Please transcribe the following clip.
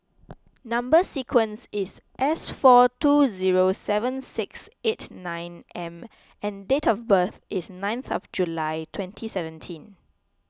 Number Sequence is S four two zero seven six eight nine M and date of birth is ninth of July twenty seventeen